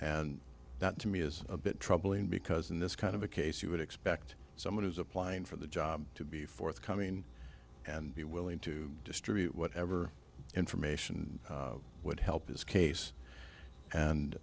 that to me is a bit troubling because in this kind of a case you would expect someone who's applying for the job to be forthcoming and be willing to distribute whatever information would help his case and